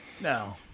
No